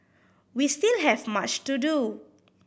we still have much to do